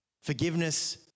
Forgiveness